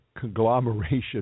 conglomeration